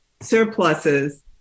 surpluses